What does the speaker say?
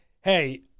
hey